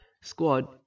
squad